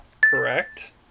Correct